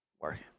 working